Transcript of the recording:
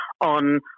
on